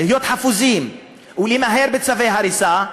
להיות חפוזים ולמהר בצווי הריסה,